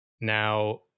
Now